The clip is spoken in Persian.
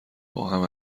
باهم